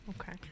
Okay